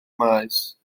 maes